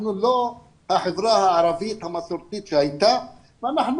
אנחנו לא החברה הערבית המסורתית שהייתה ואנחנו